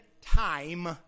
time